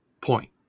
point